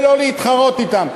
ולא להתחרות בהם,